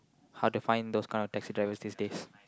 hard to find those kind of taxi drivers these days